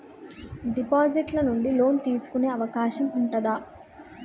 Deposit ల నుండి loan తీసుకునే అవకాశం ఉంటదా?